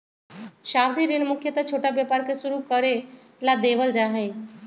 सावधि ऋण मुख्यत छोटा व्यापार के शुरू करे ला देवल जा हई